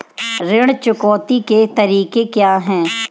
ऋण चुकौती के तरीके क्या हैं?